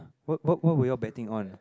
what what what were you all betting on